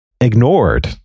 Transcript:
ignored